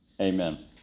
Amen